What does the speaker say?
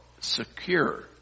secure